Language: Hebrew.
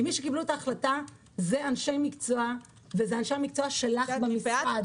כי מי שקיבלו את ההחלטה אלה אנשי מקצוע שלך במשרד.